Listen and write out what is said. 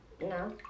No